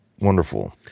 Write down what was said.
Wonderful